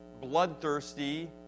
bloodthirsty